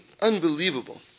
unbelievable